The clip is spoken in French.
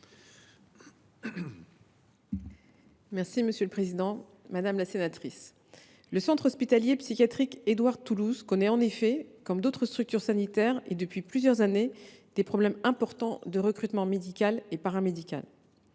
secrétaire d’État. Madame la sénatrice, le centre hospitalier psychiatrique Édouard Toulouse connaît en effet, comme d’autres structures et depuis plusieurs années, des problèmes importants de recrutement médical et paramédical.